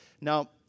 Now